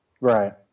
Right